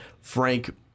Frank